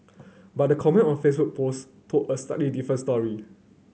but the comment on Facebook post told a slightly different story